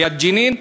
ליד ג'נין,